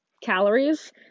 Calories